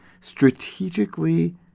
strategically